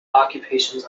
occupations